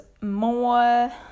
more